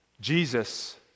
Jesus